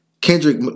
Kendrick